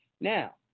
Now